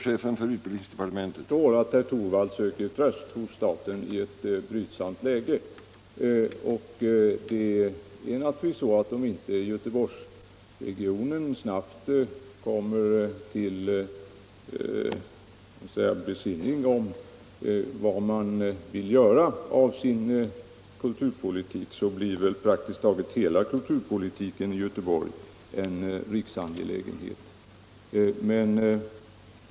Herr talman! Jag förstår att herr Torwald söker tröst hos staten i ett brydsamt läge. Om inte Göteborgsregionen snabbt kommer till besinning om vad man vill göra av sin kulturpolitik, så blir väl praktiskt taget hela kulturpolitiken i Göteborg en riksangelägenhet.